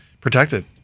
protected